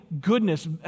goodness